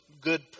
good